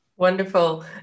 Wonderful